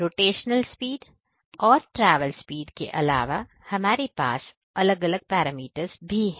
rotational speed और travel speed के अलावा हमारे पास अलग अलग पैरामीटर्स भी है